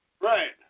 Right